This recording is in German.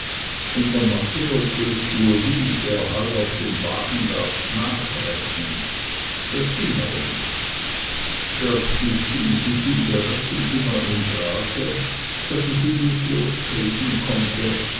in der matte wollte es uli der heu auf den wagen gab nachrechen das ging aber nicht erstlich fing sich ihm der rechen immer im grase daß es ihn nicht loskriegen konnte